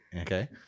Okay